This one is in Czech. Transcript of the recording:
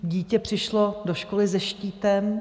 Dítě přišlo do školy se štítem.